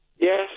Yes